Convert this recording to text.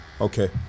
okay